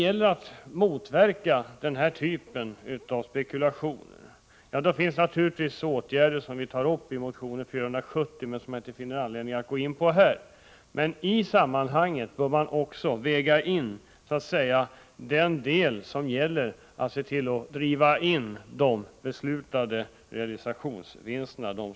I motion 470 föreslår vi åtgärder för att motverka denna typ av spekulation, men jag finner ingen anledning att nu gå in på dessa förslag. Men i detta sammanhang bör man också väga in frågan om indrivningen av de taxerade realisationsvinstskatterna.